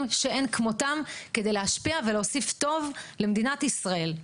שאין כמותם כדי להשפיע להוסיף טוב למדינת ישראל.